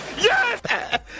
Yes